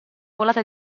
volata